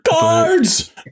Guards